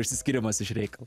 išskyrimas iš reikalo